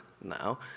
now